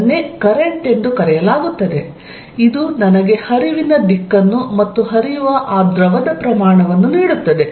ಅದನ್ನೇ ಕರೆಂಟ್ ಎಂದು ಕರೆಯಲಾಗುತ್ತದೆ ಇದು ನನಗೆ ಹರಿವಿನ ದಿಕ್ಕನ್ನು ಮತ್ತು ಹರಿಯುವ ಆ ದ್ರವದ ಪ್ರಮಾಣವನ್ನು ನೀಡುತ್ತದೆ